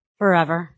forever